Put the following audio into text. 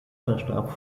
verstarb